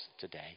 today